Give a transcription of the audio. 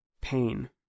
Pain